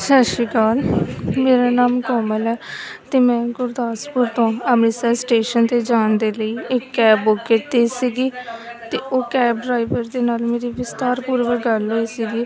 ਸਤਿ ਸ਼੍ਰੀ ਅਕਾਲ ਮੇਰਾ ਨਾਮ ਕੋਮਲ ਹੈ ਅਤੇ ਮੈਂ ਗੁਰਦਾਸਪੁਰ ਤੋਂ ਅੰਮ੍ਰਿਤਸਰ ਸਟੇਸ਼ਨ 'ਤੇ ਜਾਣ ਦੇ ਲਈ ਇੱਕ ਕੈਬ ਬੁੱਕ ਕੀਤੀ ਸੀਗੀ ਅਤੇ ਉਹ ਕੈਬ ਡਰਾਈਵਰ ਦੇ ਨਾਲ ਮੇਰੀ ਵਿਸਤਾਰਪੂਰਵਕ ਗੱਲ ਹੋਈ ਸੀਗੀ